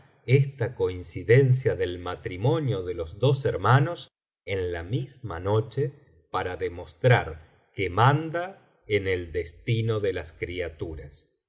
esta coincidencia del matrimonio de los dos hermanos en la misma noche para demostrar que manda en el destino de las criaturas